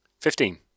Fifteen